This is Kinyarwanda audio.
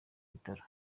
bitaro